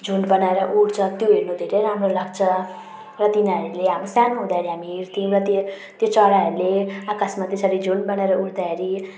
झुन्ड बनाएर उड्छ त्यो हेर्नु धेरै राम्रो लाग्छ र तिनीहरूले हामी सानो हुँदाखेरि हामी हेर्थ्यौँ त ते त्यो चराहरूले आकाशमा त्यसरी झुन्ड बनाएर उड्दाखेरि